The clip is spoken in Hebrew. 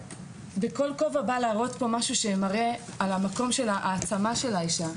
בכל כובע בא להראות פה משהו שמראה על המקום של העצמה של האישה,